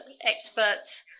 experts